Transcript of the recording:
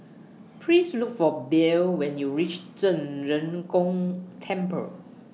Please Look For Bell when YOU REACH Zhen Ren Gong Temple